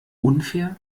unfair